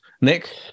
Nick